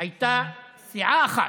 הייתה סיעה אחת,